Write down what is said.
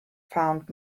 found